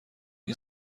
این